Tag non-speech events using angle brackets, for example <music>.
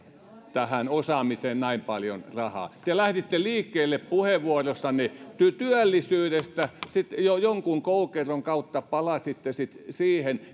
osaamiseen näin paljon rahaa te lähditte liikkeelle puheenvuorossanne työllisyydestä sitten jonkun koukeron kautta palasitte siihen <unintelligible>